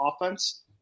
offense